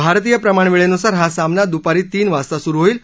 भारतीय प्रमाणवेळेनुसार हा सामना दुपारी तीन वाजता सुरू होईल